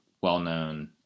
well-known